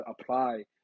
apply